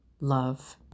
love